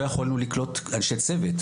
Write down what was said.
לא יכולנו לקלוט אנשי צוות,